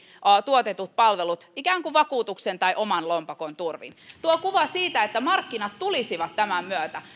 tuotetut palvelut ikään kuin vakuutuksen tai oman lompakon turvin tuo kuva siitä että markkinat tulisivat tämän